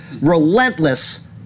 Relentless